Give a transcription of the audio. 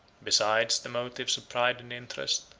besides the motives of pride and interest,